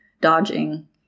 dodging